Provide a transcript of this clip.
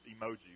emoji